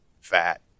fat